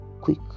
quick